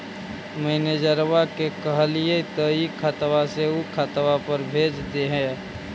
मैनेजरवा के कहलिऐ तौ ई खतवा से ऊ खातवा पर भेज देहै?